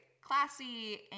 classy